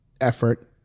effort